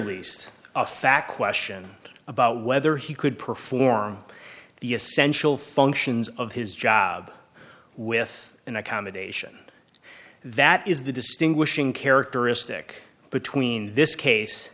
least a fact question about whether he could perform the essential functions of his job with an accommodation that is the distinguishing characteristic between this case